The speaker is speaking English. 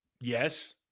yes